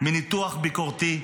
מניתוח ביקורתי,